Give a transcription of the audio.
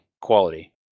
quality